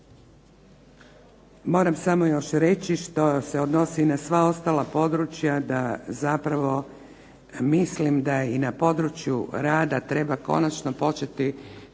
Moram samo još reći što se odnosi na sva ostala područja da zapravo mislim da i na području rada treba konačno početi